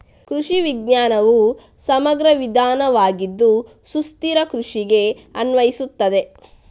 ಕೃಷಿ ವಿಜ್ಞಾನವು ಸಮಗ್ರ ವಿಧಾನವಾಗಿದ್ದು ಸುಸ್ಥಿರ ಕೃಷಿಗೆ ಅನ್ವಯಿಸುತ್ತದೆ